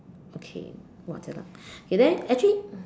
okay !wah! jialat okay then actually